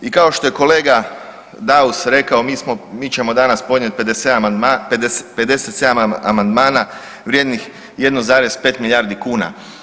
I kao što je kolega Daus rekao mi ćemo danas podnijeti 57 amandmana, vrijednih 1,5 milijardi kuna.